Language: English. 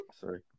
Sorry